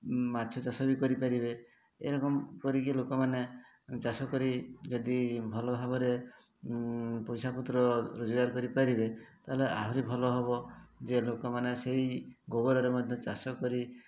ମାଛ ଚାଷ ବି କରିପାରିବେ ଏରାକ ଲୋକମାନେ ଚାଷ କରି ଯଦି ଭଲ ଭାବରେ ପଇସାପତ୍ର ରୋଜଗାର କରିପାରିବେ ତାହେଲେ ଆହୁରି ଭଲ ହେବ ଯେ ଲୋକମାନେ ସେଇ ଗୋବରରେ ମଧ୍ୟ ଚାଷ କରି